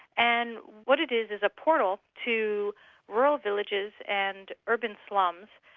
and what it is, is a portal to rural villages and urban slums,